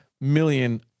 million